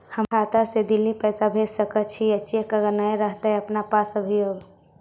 हमर खाता से दिल्ली पैसा भेज सकै छियै चेक अगर नय रहतै अपना पास अभियोग?